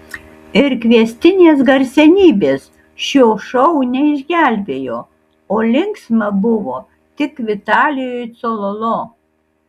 ir kviestinės garsenybės šio šou neišgelbėjo o linksma buvo tik vitalijui cololo